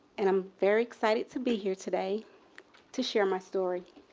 and i'm very excited to be here today to share my story.